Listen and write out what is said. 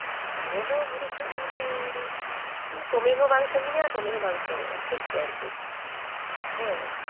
ᱟᱞᱮ ᱫᱚ ᱵᱩᱨᱩ ᱠᱷᱚᱱᱟᱜ ᱫᱚᱞᱮ ᱫᱚᱢᱮ ᱦᱚᱸ ᱵᱟᱝ ᱥᱟᱺᱜᱤᱧᱟ ᱟᱨ ᱫᱚᱢᱮ ᱦᱚᱸ ᱵᱟᱝ ᱥᱩᱨᱟ ᱳᱭ ᱴᱷᱤᱠ ᱜᱮᱭᱟ ᱟᱨᱠᱤ ᱦᱮᱸ